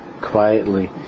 quietly